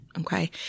Okay